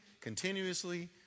continuously